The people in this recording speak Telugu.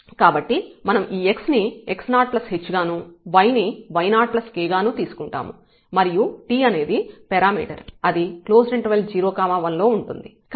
కాబట్టి మనం ఈ x ని x0h గాను y ని y0k గాను తీసుకుంటాము మరియు t అనేది పెరామీటర్ అది 0 1 లో ఉంటుంది